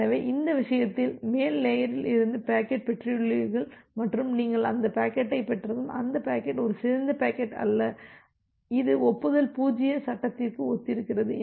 எனவே அந்த விஷயத்தில் மேல் லேயரில் இருந்து பாக்கெட் பெற்றுள்ளீர்கள் மற்றும் நீங்கள் அந்த பாக்கெட்டைப் பெற்றதும் அந்த பாக்கெட் ஒரு சிதைந்த பாக்கெட் அல்ல இது ஒப்புதல் 0 சட்டத்திற்கு ஒத்திருக்கிறது